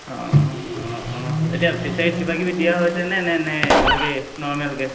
অঁ অঁ অঁ অঁ এতিয়া ফিচাৰীত কিবাকিবি দিয়া হৈছেনে নে নে একেভাগেই নৰ্মেলকে